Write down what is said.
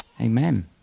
Amen